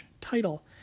title